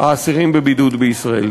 האסירים בבידוד בישראל.